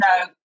no